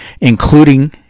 including